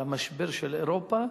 על המשבר של אירופה,